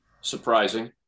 surprising